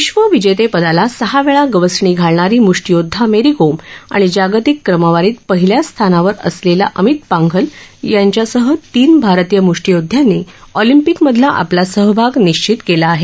विश्वविजेतेपदाला सहा वेळा गवसणी घालणारी मृष्टियोद्धा मेरी कोम आणि जागतिक क्रमवारीत पहिल्या स्थानावर असलेला अमित पांघल याच्यासह तीन भारतीय मृष्टियोध्यांनी ऑलिंपिकमधला आपला सहभाग निश्चित केला आहे